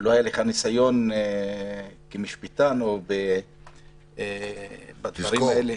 שלא היה לך ניסיון כמשפטן בדברים האלה.